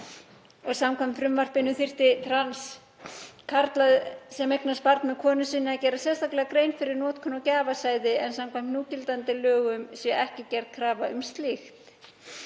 Samkvæmt frumvarpinu þyrfti trans karl, sem eignast barn með konu sinni, að gera sérstaklega grein fyrir notkun á gjafasæði en samkvæmt núgildandi lögum sé ekki gerð krafa um slíkt.